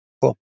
cool